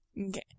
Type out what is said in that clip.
okay